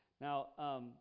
Now